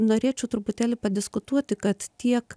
norėčiau truputėlį padiskutuoti kad tiek